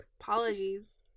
apologies